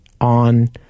on